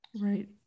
Right